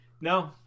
No